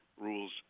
rules